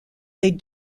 les